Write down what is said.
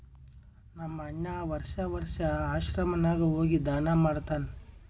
ನಮ್ ಅಣ್ಣಾ ವರ್ಷಾ ವರ್ಷಾ ಆಶ್ರಮ ನಾಗ್ ಹೋಗಿ ದಾನಾ ಮಾಡ್ತಾನ್